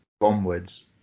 onwards